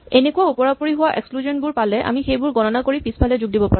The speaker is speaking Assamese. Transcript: এনেকুৱা ওপৰা ওপৰি হোৱা এক্সক্লুজন বোৰ পালে আমি সেইবোৰ গণনা কৰি পিছফালে যোগ দিব লাগিব